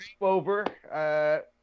over